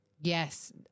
Yes